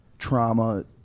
trauma